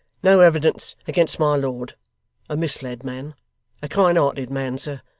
no evidence against my lord a misled man a kind-hearted man, sir.